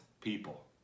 people